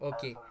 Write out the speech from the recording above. Okay